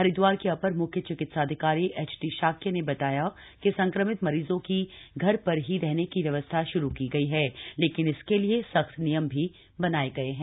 हरिदवार के अपर म्ख्य चिकित्साधिकारी एचडी शाक्य ने बताया कि संक्रमित मरीजों की घर पर ही रहने की व्यवस्था शुरू की गई है लेकिन इसके लिए सख्त नियम बनाए गए हैं